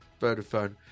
Vodafone